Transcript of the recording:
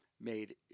made